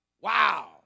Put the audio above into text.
Wow